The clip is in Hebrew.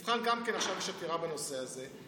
גם נבחן, עכשיו יש עתירה בנושא הזה.